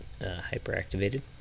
hyperactivated